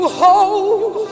hold